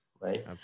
right